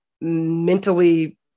mentally